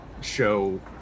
show